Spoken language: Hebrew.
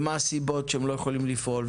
ומה הסיבות שהם לא יכולים לפעול?